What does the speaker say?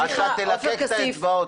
אתה תלקק את האצבעות,